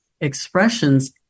expressions